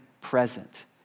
present